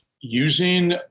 using